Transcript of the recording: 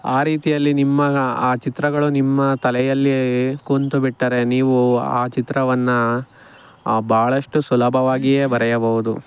ಆ ರೀತಿಯಲ್ಲಿ ನಿಮ್ಮ ಆ ಚಿತ್ರಗಳು ನಿಮ್ಮ ತಲೆಯಲ್ಲಿ ಕೂತುಬಿಟ್ಟರೆ ನೀವು ಆ ಚಿತ್ರವನ್ನು ಬಹಳಷ್ಟು ಸುಲಭವಾಗಿಯೇ ಬರೆಯಬಹುದು